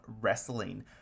wrestling